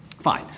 Fine